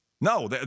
No